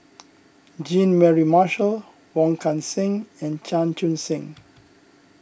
Jean Mary Marshall Wong Kan Seng and Chan Chun Sing